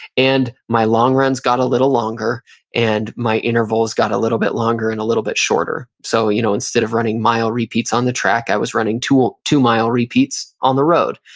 and my long runs got a little longer and my intervals got a little bit longer and a little bit shorter. so you know instead of running mile repeats on the track, i was running two ah two mile repeats on the road.